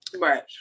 Right